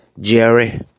Jerry